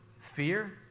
fear